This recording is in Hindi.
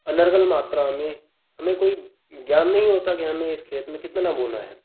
अनर्गल मात्रा में हमें कोई ज्ञान नहीं होता कि हमें इस खेत में कितना बोना है